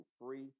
free